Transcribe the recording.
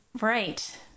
right